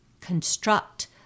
construct